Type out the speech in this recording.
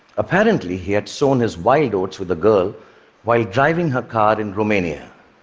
apparently, he had sown his wild oats with a girl while driving her car in romania.